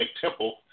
Temple